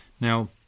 Now